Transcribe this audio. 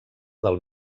del